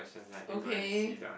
okay